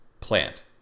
plant